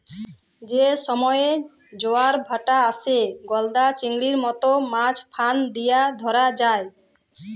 যে সময়ে জবার ভাঁটা আসে, গলদা চিংড়ির মত মাছ ফাঁদ দিয়া ধ্যরা হ্যয়